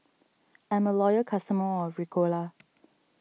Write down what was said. I'm a loyal customer of Ricola